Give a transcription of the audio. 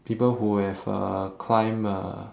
people who have uh climbed uh